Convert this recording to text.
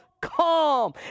calm